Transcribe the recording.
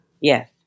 Yes